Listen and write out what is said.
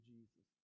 Jesus